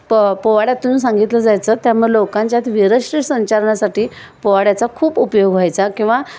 प पोवाड्यातून सांगितलं जायचं त्यामुळे लोकांच्यात वीरश्री संचारनासाठी पोवाड्याचा खूप उपयोग व्हायचा किंवा